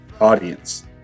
audience